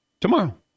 tomorrow